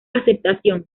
aceptación